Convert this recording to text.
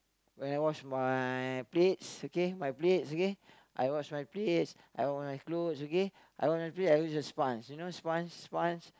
when I wash my plates okay my plates okay I wash my plates I wash my clothes okay I wash my plates I use a sponge you know sponge sponge